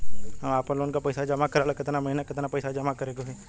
हम आपनलोन के पइसा जमा करेला केतना महीना केतना पइसा जमा करे के होई?